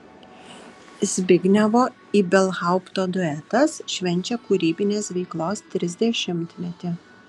zbignevo ibelhaupto duetas švenčia kūrybinės veiklos trisdešimtmetį